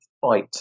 fight